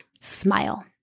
Smile